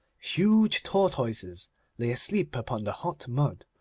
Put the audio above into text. huge tortoises lay asleep upon the hot mud.